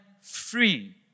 free